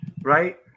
Right